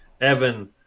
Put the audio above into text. Evan